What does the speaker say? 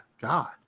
God